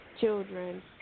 children